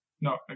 No